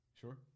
Sure